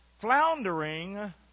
Floundering